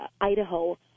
Idaho